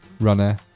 runner